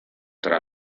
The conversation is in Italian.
tra